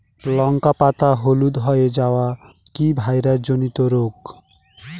লঙ্কা পাতা হলুদ হয়ে যাওয়া কি ভাইরাস জনিত রোগ?